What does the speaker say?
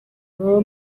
baba